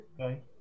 Okay